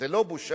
זו לא בושה?